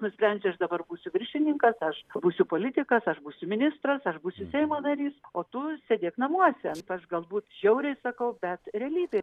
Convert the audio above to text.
nusprendžia aš dabar būsiu viršininkas aš būsiu politikas aš būsiu ministras aš būsiu seimo narys o tu sėdėk namuose galbūt žiauriai sakau bet realybė